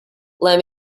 let